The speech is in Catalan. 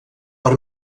per